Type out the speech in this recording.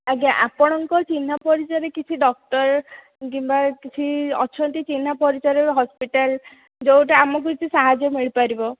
ଆଜ୍ଞା ଆପଣଙ୍କ ଚିହ୍ନା ପରିଚୟରେ କିଛି ଡକ୍ଟର୍ କିମ୍ବା କିଛି ଅଛନ୍ତି ଚିହ୍ନା ପରିଚୟରେ ହସ୍ପିଟାଲ୍ ଯେଉଁଠୁ ଆମକୁ କିଛି ସାହାଯ୍ୟ ମିଳିପାରିବ